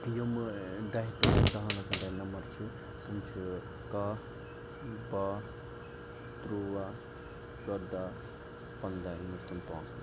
یِمہٕ دَہہِ پٮ۪ٹھ دَہَن لَچھَن تام نمبر چھِ تِم چھِ کہہ بہہ تُرٛواہ ژۄداہ پَنٛداہ یِم ٲسۍ تِم پانٛژھ نم